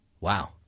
Wow